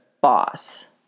boss